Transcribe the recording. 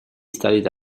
studied